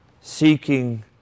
seeking